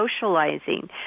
socializing